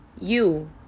you-